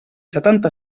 setanta